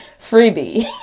freebie